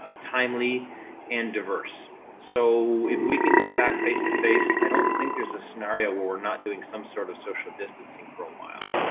ah timely and diverse. so if we can come back face to face, i don't think there's a scenario where we're not doing some sort of social distancing for awhile.